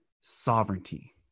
sovereignty